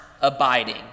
abiding